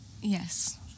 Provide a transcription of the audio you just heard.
Yes